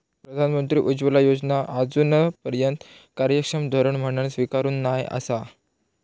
प्रधानमंत्री उज्ज्वला योजना आजूनपर्यात कार्यक्षम धोरण म्हणान स्वीकारूक नाय आसा